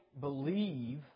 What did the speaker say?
believe